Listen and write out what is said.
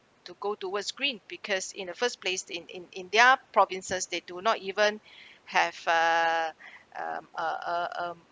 to go towards green because in the first placed in in in india provinces they do not even have uh um uh uh um